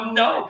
no